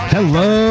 Hello